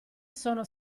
sono